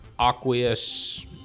aqueous